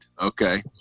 Okay